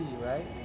right